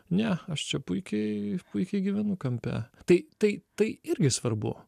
ne aš čia puikiai puikiai gyvenu kampe tai tai tai irgi svarbu